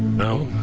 no.